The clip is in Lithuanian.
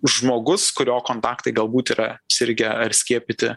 žmogus kurio kontaktai galbūt yra sirgę ar skiepyti